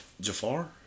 Jafar